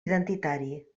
identitari